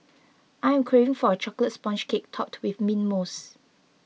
I am craving for a Chocolate Sponge Cake Topped with Mint Mousse